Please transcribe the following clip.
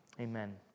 Amen